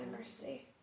mercy